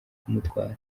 kumutwara